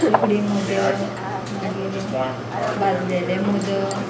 उकडी मोदक मागीर भाजलेले मोदक